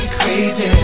crazy